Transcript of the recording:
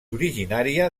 originària